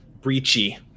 breachy